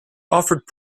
offered